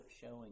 showing